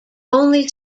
only